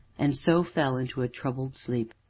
and so fell into a troubled sleep.